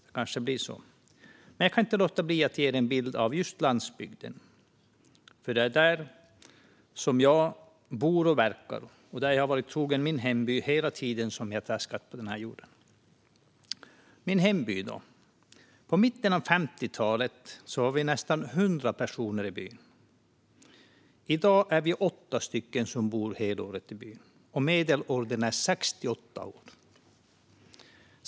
Det kanske blir så, men jag kan inte låta bli att ge er en bild av just landsbygden. Det är där jag bor och verkar, och jag har varit trogen min hemby hela den tid som jag traskat på denna jord. Min hemby då? I mitten av 50-talet var vi nästan 100 personer i byn. I dag är vi åtta stycken som bor hela året i byn, och medelåldern är 68 år.